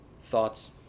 Thoughts